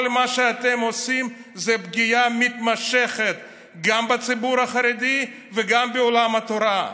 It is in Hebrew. כל מה שאתם עושים זה פגיעה מתמשכת גם בציבור החרדי וגם בעולם התורה.